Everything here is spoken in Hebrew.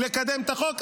לקדם את החוק,